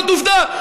זאת עובדה.